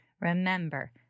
remember